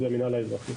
זה המינהל האזרחי.